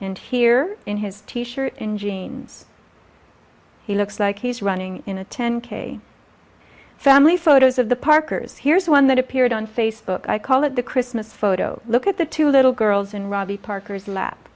in here in his t shirt in jeans he looks like he's running in a ten k family photos of the parkers here's one that appeared on facebook i call it the christmas photo look at the two little girls in robbie parker's lap